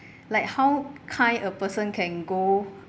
like how kind a person can go